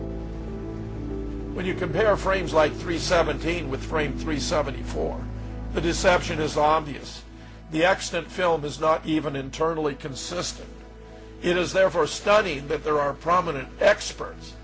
done when you compare frames like three seventeen with frame three seventy four the deception is obvious the action film is not even internally consistent it is there for study but there are prominent experts